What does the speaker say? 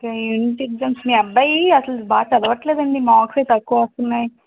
okay unit exams మీ అబ్బాయి అస్సలు బాగా చదవట్లేదు అండి మార్క్స్ అయి తక్కువ వస్తున్నాయి